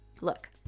Look